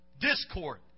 discord